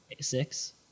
six